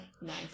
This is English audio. Nice